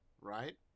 right